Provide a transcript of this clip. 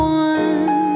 one